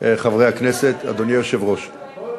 חברי הכנסת, אדוני היושב-ראש,